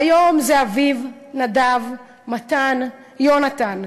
היום זה אביב, נדב, מתן, יהונתן.